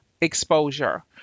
exposure